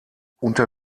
unter